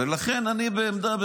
ולכן אני בעמדה,